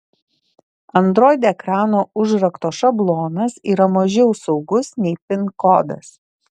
android ekrano užrakto šablonas yra mažiau saugus nei pin kodas